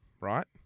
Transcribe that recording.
right